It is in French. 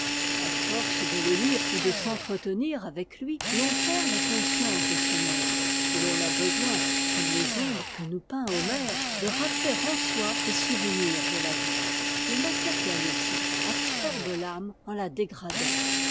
a force de le lire ou de s'entretenir avec lui l'on perd la conscience de ce monde et t'on a besoin comme les ombres que nous peint homère de rappeler en soi les souvenirs de la vie le matérialisme absorbe l'âme en la dégradant